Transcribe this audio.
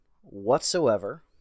whatsoever